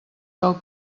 del